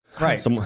Right